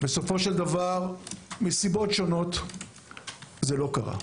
בסופו של דבר מסיבות שונות זה לא קרה.